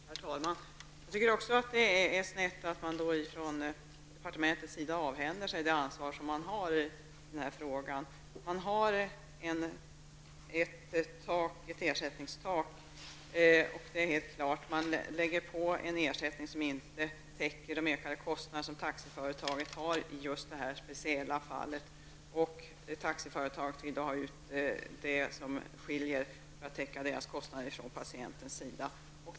Herr talman! Jag tycker också att det är snett att man från departementets sida avhänder sig det ansvar som man har i den här frågan. Man har ett ersättningstak, och det är helt klart: Man lägger på en ersättning som inte täcker de ökade kostnader som taxiföretaget har i just det här speciella fallet. Taxiföretaget vill då för att täcka kostnaderna ha ut det som skiljer från patientens sida.